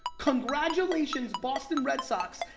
congratulations boston red sox,